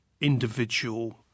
individual